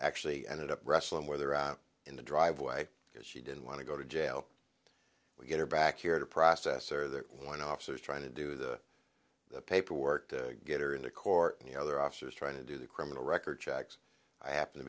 actually ended up wrestling where they're out in the driveway because she didn't want to go to jail we get her back here to process or that one officer is trying to do the paperwork to get her into court and the other officers try to do the criminal record checks i happen to